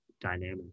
dynamic